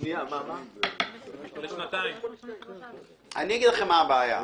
מה הבעיה.